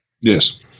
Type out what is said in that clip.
Yes